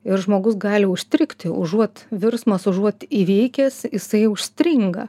ir žmogus gali užstrigti užuot virsmas užuot įveikęs jisai užstringa